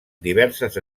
diverses